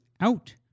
Out